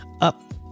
up